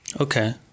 Okay